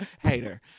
Hater